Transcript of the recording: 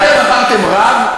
אתם בחרתם רב,